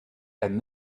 and